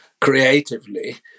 creatively